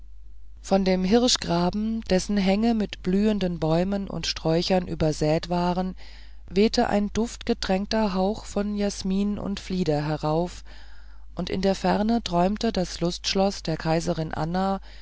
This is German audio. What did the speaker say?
von dem hirschgraben dessen hänge mit blühenden bäumen und sträuchern übersät waren wehte ein duftgetränkter hauch von jasmin und flieder herauf und in der ferne träumte das lustschloß der kaisern anna